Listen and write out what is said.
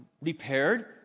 repaired